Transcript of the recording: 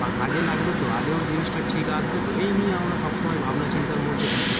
বা কাজে লাগবে তো আদৌ জিনিসটা ঠিক আসবে তো এই নিয়ে আমরা সব সময় ভাবনা চিন্তার মধ্যে থাকি